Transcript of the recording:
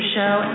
Show